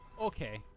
Okay